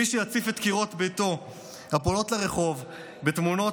מי שיציף את קירות ביתו הפונות לרחוב בתמונות